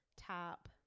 top